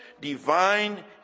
divine